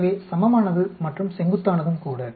எனவே சமமானது மற்றும் செங்குத்தானதும் கூட